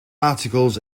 articles